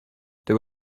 there